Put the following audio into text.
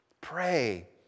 pray